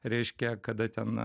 reiškia kada ten